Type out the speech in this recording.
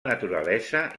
naturalesa